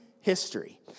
history